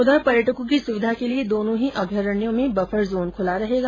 उधर पर्यटकों की सुविधा के लिये दोनों ही अभ्यारण्यों में बफर जोन खुला रहेगा